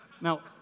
Now